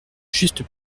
juste